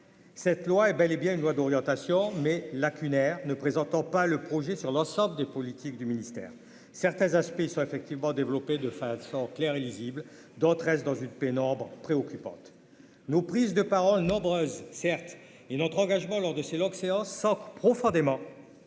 Cette loi est bel et bien une loi d'orientation mais lacunaire ne présentant pas le projet sur l'ensemble des politiques du ministère certains aspects sont effectivement développé de façon claire et lisible, dont 13 dans une pénombre préoccupante nos prises de pas. Moins nombreuses, certes il notre engagement lors de ces longues séances. Profondément